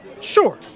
Sure